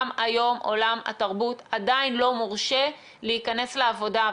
גם היום עולם התרבות עדיין לא מורשה להיכנס לעבודה.